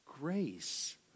Grace